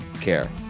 care